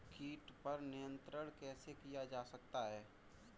कीट पर नियंत्रण कैसे किया जा सकता है?